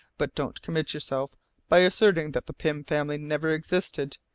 but don't commit yourself by asserting that the pym family never existed,